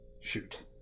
shoot